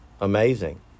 amazing